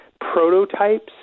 prototypes